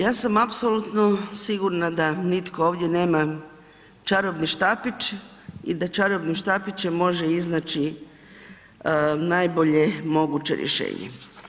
Ja sam apsolutno sigurna da nitko ovdje nema čarobni štapić i da čarobnim štapićem može iznaći najbolje moguće rješenje.